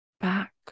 back